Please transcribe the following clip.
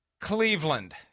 Cleveland